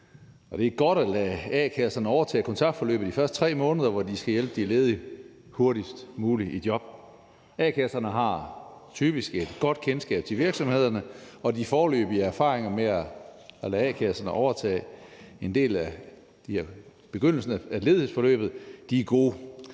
det er godt at lade a-kasserne overtage kontaktforløbet de første 3 måneder, hvor de skal hjælpe de ledige hurtigst muligt i job. A-kasserne har typisk et godt kendskab til virksomhederne, og de foreløbige erfaringer med at lade a-kasserne overtage begyndelsen af ledighedsforløbet er gode.